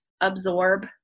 absorb